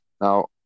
Now